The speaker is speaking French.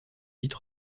vite